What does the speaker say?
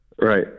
Right